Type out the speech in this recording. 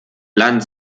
land